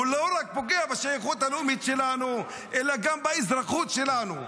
הוא לא רק פוגע בשייכות הלאומית שלנו אלא גם באזרחות שלנו.